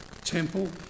temple